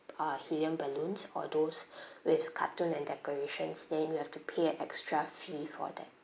uh helium balloons or those with cartoon and decorations then you have to pay an extra fee for that